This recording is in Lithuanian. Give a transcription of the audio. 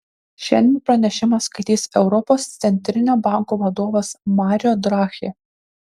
šiandien pranešimą skaitys europos centrinio banko vadovas mario draghi